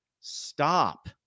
Stop